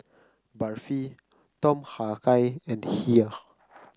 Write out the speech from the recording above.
Barfi Tom Kha Gai and Kheer